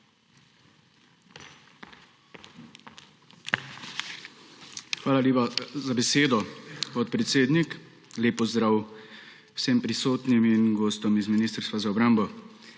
Hvala lepa za besedo, podpredsednik. Lep pozdrav vsem prisotnim in gostom iz Ministrstva za obrambo.